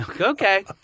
Okay